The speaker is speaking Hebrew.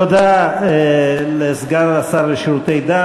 תודה לסגן השר לשירותי דת.